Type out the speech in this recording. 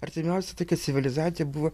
artimiausia tokia civilizacija buvo